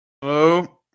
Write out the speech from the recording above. Hello